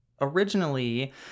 Originally